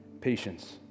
patience